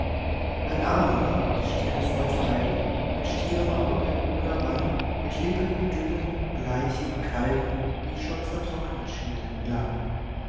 ein armer mann die stirn voll falten mit stierem auge hohler wang mit lippen dünnen bleichen kalten die schon vertrocknet schienen lang